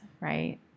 right